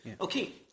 Okay